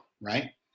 right